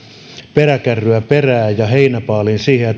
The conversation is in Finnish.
peräkärryä perään ja heinäpaalia siihen ja